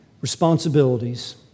responsibilities